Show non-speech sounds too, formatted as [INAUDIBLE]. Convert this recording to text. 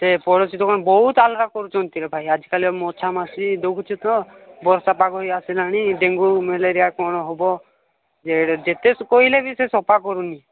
ସେ ପଡ଼ୋଶୀ ଦୋକାନ ବହୁତ [UNINTELLIGIBLE] କରୁଛନ୍ତିରେ ଭାଇ ଆଜିକାଲି ଆଉ ମସା ମାଛି ଦେଖୁଛୁ ତ ବର୍ଷାପାଗ ଆସିଲାଣି ଡେଙ୍ଗୁ ମ୍ୟାଲେରିଆ କ'ଣ ହେବ ଯେତେ କହିଲେ ବି ସେ ସଫା କରୁନି